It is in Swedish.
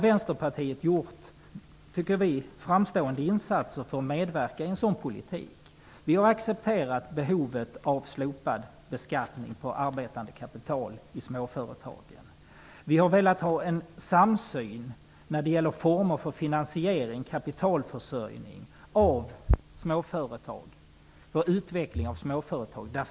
Vänsterpartiet har gjort framstående insatser för att medverka till en sådan politik. Vi har accepterat behovet av slopad beskattning på arbetande kapital i småföretagen. Vi har velat ha en samsyn när det gäller former för finansering, kapitalförsörjning och utveckling av småföretag.